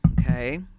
Okay